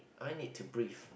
I need to breathe